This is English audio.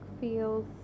feels